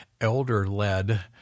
elder-led